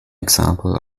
example